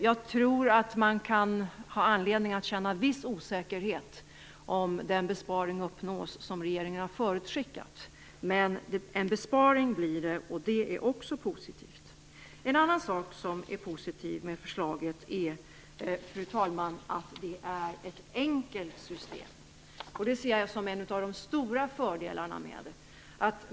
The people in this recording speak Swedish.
Jag tror att man kan ha anledning att känna viss osäkerhet om huruvida den besparing uppnås som regeringen har förutskickat, men en besparing blir det. Det är också positivt. En annan sak som är positiv med förslaget, fru talman, är att det är ett enkelt system. Det ser jag som en av de stora fördelarna med det.